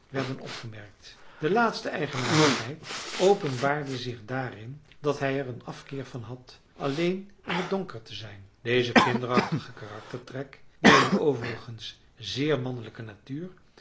werden opgemerkt de laatste eigenaardigheid openbaarde zich daarin dat hij er een afkeer van had alleen in het donker te zijn deze kinderachtige karaktertrek bij een overigens zeer mannelijke natuur